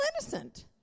innocent